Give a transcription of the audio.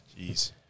Jeez